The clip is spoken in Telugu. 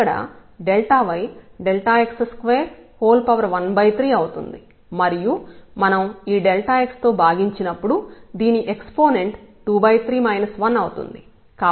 ఇక్కడy x213 అవుతుంది మరియు మనం ఈ x తో భాగించినప్పుడు దాని ఎక్సపోనెంట్ 23 1అవుతుంది